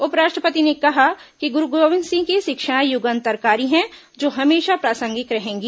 उपराष्ट्रपति ने कहा कि गुरु गोविंद सिंह की शिक्षाएं युगांतरकारी हैं जो हमेशा प्रासंगिक रहेंगी